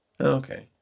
Okay